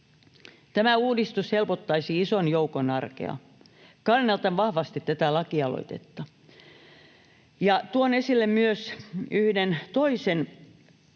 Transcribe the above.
Tämä uudistus helpottaisi ison joukon arkea. Kannatan vahvasti tätä lakialoitetta. Tuon esille myös yhden toisen,